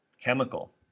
chemical